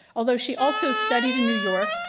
although she also studied in new york,